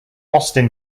austin